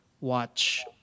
watch